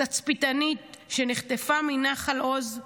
תצפיתנית שנחטפה מנחל עוז,